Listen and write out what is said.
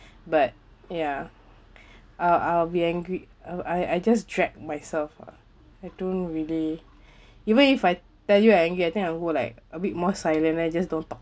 but ya I'll I'll be angry I'll I I just drag myself I don't really even if I tell you I angry I think I will go like a bit more silent just don't talk